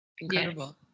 Incredible